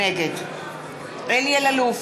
נגד אלי אלאלוף,